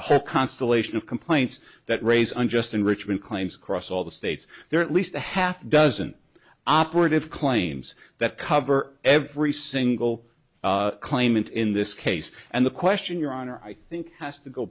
a whole constellation of complaints that raise unjust enrichment claims across all the states there are at least a half dozen operative claims that cover every single claimant in this case and the question your honor i think has to go